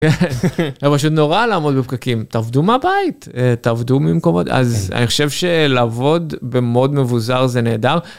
זה פשוט נורא לעמוד בפקקים, תעבדו מהבית, תעבדו ממקומות, אז אני חושב שלעבוד במוד מבוזר זה נהדר.